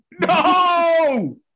No